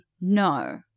No